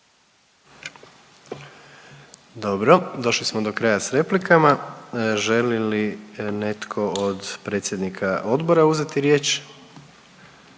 Dobro, došli smo do kraja s replikama. Želi li netko od predsjednika odbora uzeti riječ?